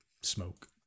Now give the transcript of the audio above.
smoke